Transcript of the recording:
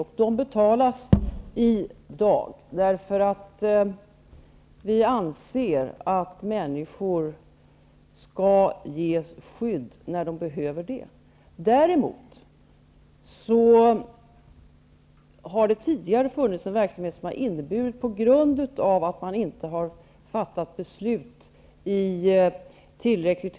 Dessa pengar utbetalas i dag, därför att vi anser att människor skall ges skydd när så behövs. Tidigare har människor fått stanna, därför att de har fått vänta för länge på beslut, inte därför att de har varit i behov av skydd.